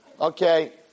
Okay